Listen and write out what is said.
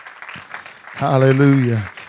Hallelujah